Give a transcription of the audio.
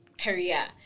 career